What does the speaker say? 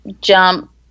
jump